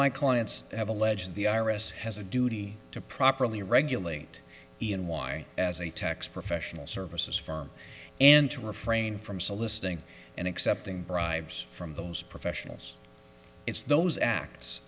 my clients have alleged the i r s has a duty to properly regulate in wine as a tax professional services firm and to refrain from soliciting and accepting bribes from those professionals it's those